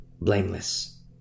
blameless